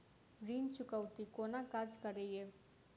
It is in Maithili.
ऋण चुकौती कोना काज करे ये?